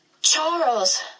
Charles